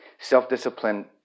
Self-discipline